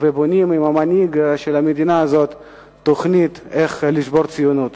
ובונים עם המנהיג של המדינה הזאת תוכנית איך לשבור את הציונות.